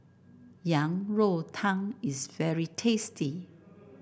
Yang Rou Tang is very tasty